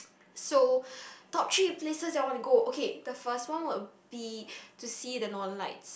so top three places that I want to go okay the first one will be to see the northern lights